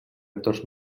actors